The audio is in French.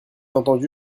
entendu